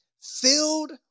filled